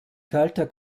kalter